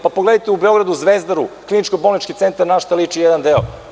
Pogledajte u Beogradu Zvezdaru, Kliniko-bolnički centar, na šta liči jedan deo.